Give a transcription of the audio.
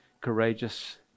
courageous